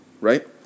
right